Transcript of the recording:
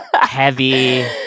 heavy